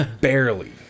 barely